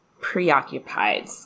preoccupied